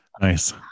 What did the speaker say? Nice